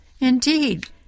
indeed